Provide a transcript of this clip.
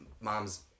mom's